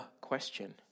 question